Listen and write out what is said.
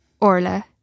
Orla